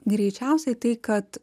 greičiausiai tai kad